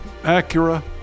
Acura